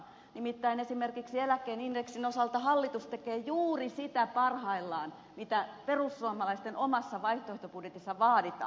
nimittäin esimerkiksi eläkkeen indeksin osalta hallitus tekee parhaillaan juuri sitä mitä perussuomalaisten omassa vaihtoehtobudjetissa vaaditaan